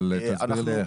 אבל תסביר לי.